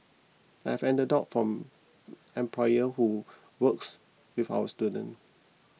I have anecdotes from employer who works with our students